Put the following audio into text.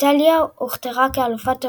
איטליה הוכתרה כאלופת העולם,